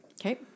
Okay